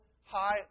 high